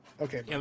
Okay